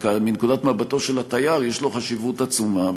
אבל מנקודת מבטו של התייר יש לו חשיבות עצומה,